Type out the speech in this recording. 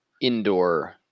indoor